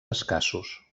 escassos